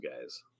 guys